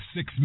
Six